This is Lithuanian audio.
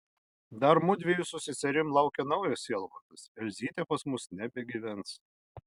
dar mudviejų su seserim laukia naujas sielvartas elzytė pas mus nebegyvens